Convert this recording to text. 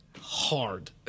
hard